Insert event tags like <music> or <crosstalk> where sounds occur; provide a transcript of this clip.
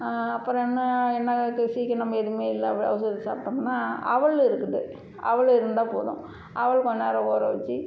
அப்புறம் இன்னும் என்ன இருக்குது சிக்கனம் நம்ம எதுவுமே இல்லை <unintelligible> சாப்பிடோம்னா அவல் இருக்குது அவல் இருந்தால் போதும் அவல் கொஞ்சம் நேரம் ஊற வச்சு